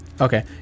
okay